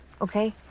okay